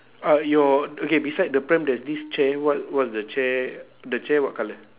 uh your okay beside the pram there's this chair what what's the chair the chair what colour